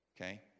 Okay